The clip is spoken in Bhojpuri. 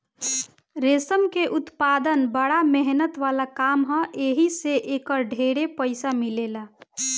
रेशम के उत्पदान बड़ा मेहनत वाला काम ह एही से एकर ढेरे पईसा मिलेला